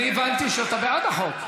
אני הבנתי שאתה בעד החוק.